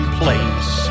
place